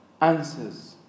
answers